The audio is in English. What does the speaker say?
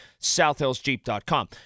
southhillsjeep.com